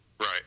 Right